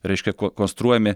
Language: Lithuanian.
reiškia ko konstruojami